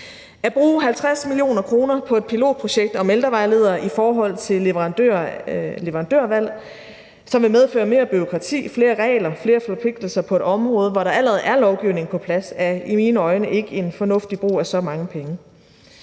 At bruge 50 mio. kr. på et pilotprojekt om ældrevejledere i forhold til leverandørvalg, som vil medføre mere bureaukrati, flere regler og flere forpligtelser på et område, hvor der allerede er lovgivning på plads, er i mine øjne ikke en fornuftig brug af så mange penge.